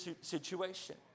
situation